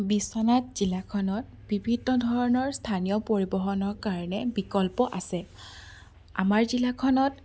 বিশ্বনাথ জিলাখনত বিভিন্ন ধৰণৰ স্থানীয় পৰিবহণৰ কাৰণে বিকল্প আছে আমাৰ জিলাখনত